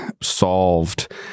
solved